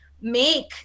make